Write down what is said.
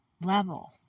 level